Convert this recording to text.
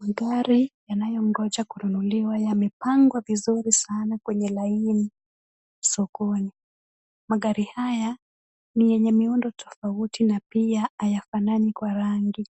Magari yanayongoja kununuliwa yamepangwa vizuri vizuri sana kwenye laini sokoni. Magari haya ni yenye miundo tofauti na pia hayafanani kwa rangi.